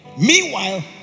Meanwhile